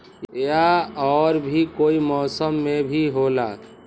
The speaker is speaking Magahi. या और भी कोई मौसम मे भी होला?